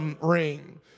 ring